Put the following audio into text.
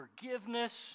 forgiveness